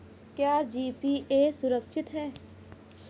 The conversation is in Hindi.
क्या जी.पी.ए सुरक्षित है?